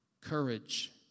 Courage